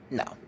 no